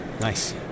Nice